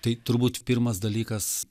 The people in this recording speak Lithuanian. tai turbūt pirmas dalykas